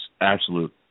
absolute